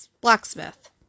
blacksmith